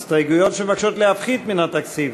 הסתייגויות שמבקשות להפחית מן התקציב.